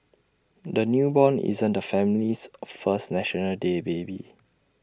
the newborn isn't the family's first National Day baby